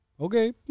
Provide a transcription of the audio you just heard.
Okay